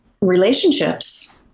relationships